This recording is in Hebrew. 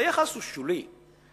היחס הוא שולי.